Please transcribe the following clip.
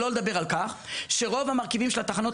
שלא לדבר על כך שרוב המרכיבים של התחנות